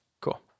Cool